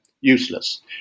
useless